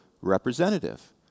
representative